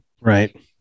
Right